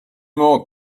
more